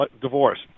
divorce